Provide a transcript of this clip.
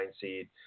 seed